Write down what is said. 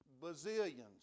bazillions